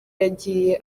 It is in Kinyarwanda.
yagiye